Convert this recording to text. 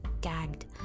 gagged